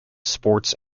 sports